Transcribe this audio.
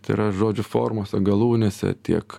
tai yra žodžių formose galūnėse tiek